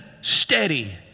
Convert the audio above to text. steady